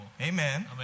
Amen